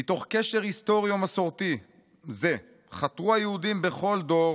"מתוך קשר היסטורי ומסורתי זה חתרו היהודים בכל דור